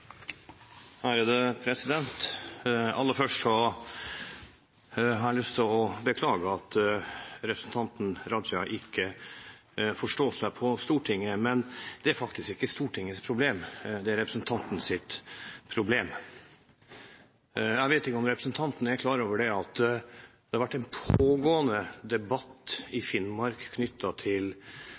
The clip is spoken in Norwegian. Aller først har jeg lyst til å beklage at representanten Raja ikke forstår seg på Stortinget, men det er faktisk ikke Stortingets problem – det er representantens problem. Jeg vet ikke om representanten er klar over at det har vært en pågående debatt i Finnmark knyttet til